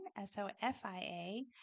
S-O-F-I-A